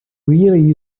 really